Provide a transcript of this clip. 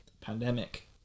Pandemic